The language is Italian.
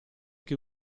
che